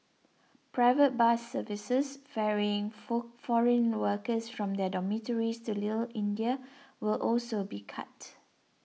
private bus services ferrying foreign workers their dormitories to Little India will also be cut